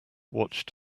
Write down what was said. watched